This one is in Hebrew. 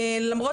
למרות